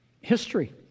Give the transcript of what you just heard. history